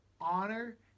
honor